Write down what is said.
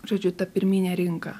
žodžiu ta pirminė rinka